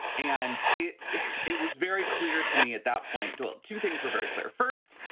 and it it was very clear to me at that point, two two things were very clear. first,